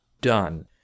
done